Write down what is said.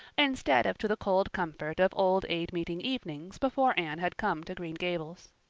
instead of to the cold comfort of old aid meeting evenings before anne had come to green gables.